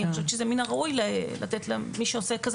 אני חושבת שזה מן הראוי לתת למי שעושה כזה